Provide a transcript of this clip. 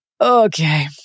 Okay